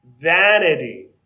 vanity